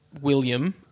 William